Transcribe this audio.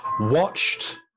watched